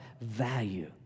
value